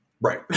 Right